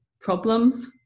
problems